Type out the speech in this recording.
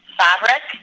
fabric